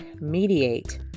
Mediate